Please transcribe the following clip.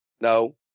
No